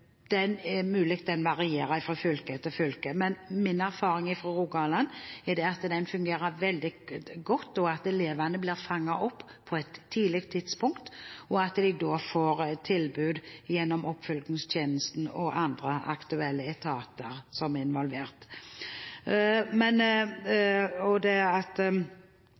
er det mulig at den varierer fra fylke til fylke, men min erfaring fra Rogaland er at den fungerer veldig godt, og at elevene blir fanget opp på et tidlig tidspunkt, og at de da får tilbud gjennom oppfølgingstjenesten og andre aktuelle etater som er involvert. Og